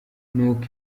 nuko